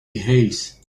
behaves